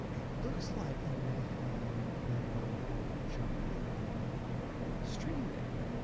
it looks like there may have been a little jump in the stream there.